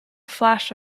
flash